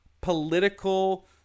political